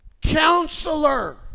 Counselor